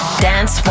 Dance